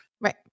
Right